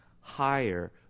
higher